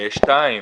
שתיים,